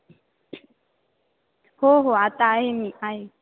हो हो आता आहे मी आहे